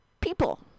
people